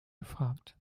gefragt